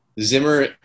Zimmer